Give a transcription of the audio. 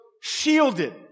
shielded